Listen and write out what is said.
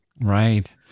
Right